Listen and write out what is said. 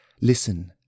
listen